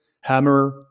hammer